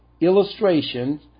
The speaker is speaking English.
illustrations